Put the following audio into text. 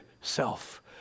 self